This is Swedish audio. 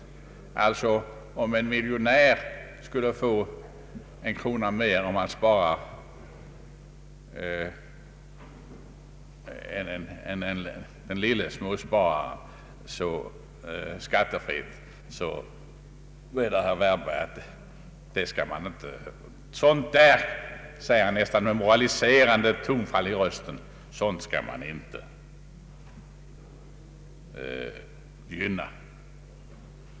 Om alltså en miljonär skulle få en krona mer skattefritt än småspararen säger herr Wärnberg, nästan med ett moraliserande tonfall i rösten, att sådant där skall man inte gynna.